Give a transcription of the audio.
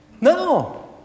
No